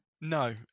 No